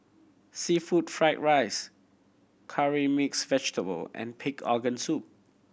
seafood fried rice Curry Mixed Vegetable and pig organ soup